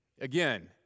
again